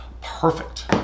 perfect